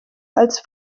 als